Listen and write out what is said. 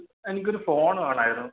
എനിക്കൊരു ഫോൺ വേണമായിരുന്നു